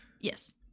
Yes